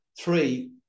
Three